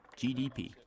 GDP